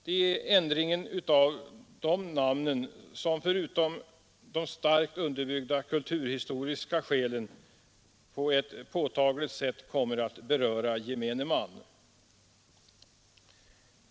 Det är ändringen av de namnen som, förutom de starkt underbyggda kulturhistoriska skälen, på ett påtagligt sätt kommer att beröra gemene man.